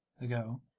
ago